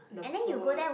the food